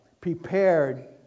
prepared